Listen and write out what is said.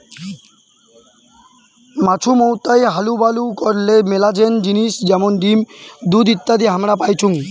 মাছুমৌতাই হালুবালু করলে মেলাছেন জিনিস যেমন ডিম, দুধ ইত্যাদি হামরা পাইচুঙ